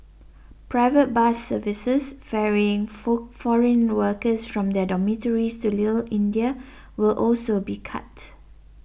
private bus services ferrying foreign workers their dormitories to Little India will also be cut